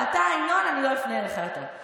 ואתה, ינון, אני לא אפנה אליך יותר.